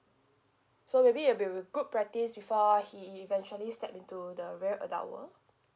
so maybe it'll be a good practice before he eventually step into the real adult world